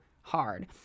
hard